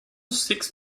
six